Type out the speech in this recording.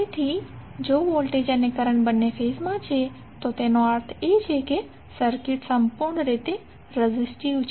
તેથી જો વોલ્ટેજ અને કરંટ બંને ફેઝમાં છે તો તેનો અર્થ એ કે સર્કિટ સંપૂર્ણ રીતે રેઝિસ્ટિવ છે